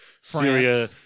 Syria